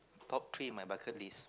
top three in my bucket list